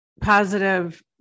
positive